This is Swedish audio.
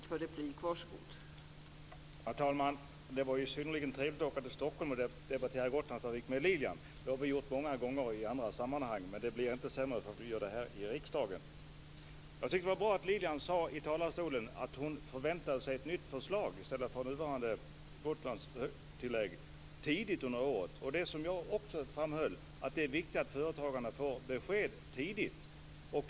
Fru talman! Det var synnerligen trevligt att åka till Det har vi gjort många gånger i andra sammanhang, men det blir inte sämre för att vi gör det här i riksdagen. Jag tycker att det var bra att Lilian i talarstolen sade att hon förväntar sig ett nytt förslag, i stället för nuvarande Gotlandstillägg, tidigt under året samt det som också jag framhöll, nämligen att det är viktigt att företagarna får besked tidigt.